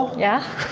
yeah,